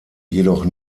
jedoch